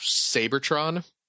Sabertron